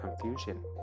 confusion